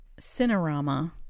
Cinerama